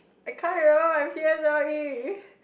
I can't you know I'm c_s_l_e